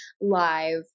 live